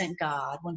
God